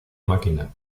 máquina